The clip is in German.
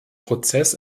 prozess